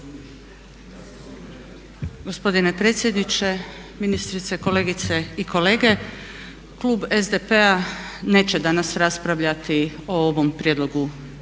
Gospodine predsjedniče, ministrice, kolegice i kolege. Klub SDP-a neće danas raspravljati o ovom prijedlogu